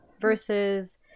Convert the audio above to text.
versus